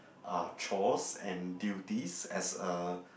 uh chores and duties as a